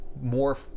more